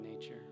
nature